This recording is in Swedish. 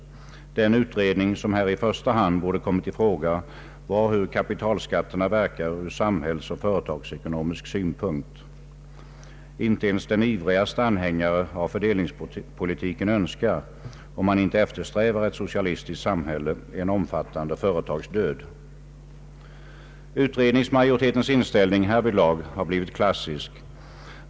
Den utredning som här i första hand borde kommit i fråga gällde hur kapitalskatterna verkar ur samhällsoch företagsekonomisk synpunkt. Inte ens den ivrigaste anhängare av fördelningspolitiken önskar — om han inte eftersträvar ett socialistiskt samhälle — en omfattande företagsdöd. Utredningsmajoritetens inställning härvidlag har blivit klassisk.